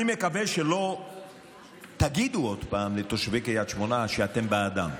אני מקווה שלא תגידו עוד פעם לתושבי קריית שמונה שאתם בעדם,